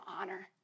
honor